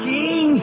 king